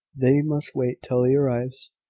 they must wait till he arrives.